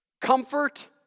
comfort